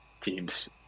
teams